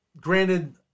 granted